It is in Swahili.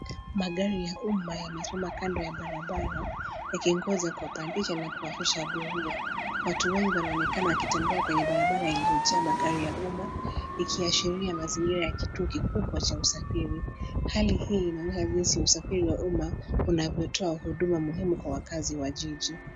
Magari ya uma yamesimama kando ya barabara yakingoja kuwapandisha na kuwashusha abiria. Watu wengi wanaonekana wakitembea kwenye barabara iliyojaa magari ya uma ikiashiria mazingira ya kituo kikubwa cha usafiri. Hali hii inaonyesha jinsi usafiri wa uma unavyotoa huduma muhimu kwa wakazi wa jiji.